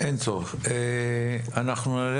אנחנו נעלה